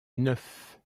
neuf